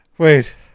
Wait